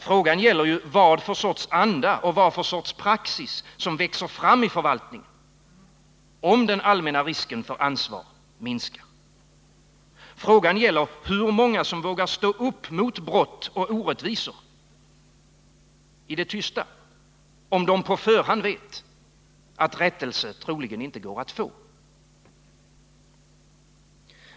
Frågan gäller vad för sorts anda och vad för sorts praxis som växer fram i förvaltningen, om den allmänna risken för ansvar minskar. Frågan gäller hur många som vågar stå upp mot brott och orättvisor i det tysta, om de på förhand vet att rättelse troligen inte går att få.